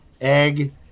egg